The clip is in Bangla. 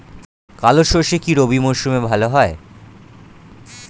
কালো সরষে কি রবি মরশুমে ভালো হয়?